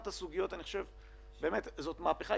זאת מהפכה.